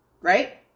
Right